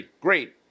great